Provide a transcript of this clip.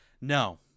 No